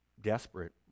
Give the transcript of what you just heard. desperate